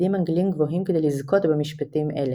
פקידים אנגלים גבוהים כדי לזכות במשפטים אלה.